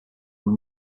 when